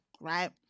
right